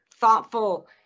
thoughtful